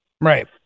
Right